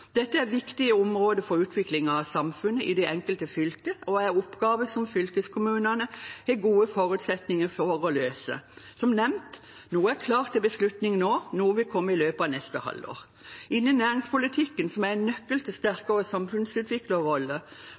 Dette er viktige områder for utviklingen av samfunnet i det enkelte fylke og er oppgaver som fylkeskommunene har gode forutsetninger for å løse. Som nevnt: Noe er klart til beslutning nå, noe vil komme i løpet av neste halvår. Innen næringspolitikken, som er en nøkkel til en sterkere samfunnsutviklerrolle, foreslås i meldingen at oppdragsgiveransvaret for næringshageprogrammet, inkubatorprogrammet, mentorprogram, bedriftsnettverk og